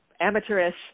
amateurish